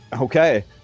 okay